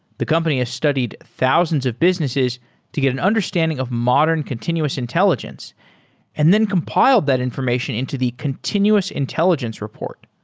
the company has studied thousands of businesses to get an understanding of modern continuous intelligence and then compile that information into the continuous intelligence report,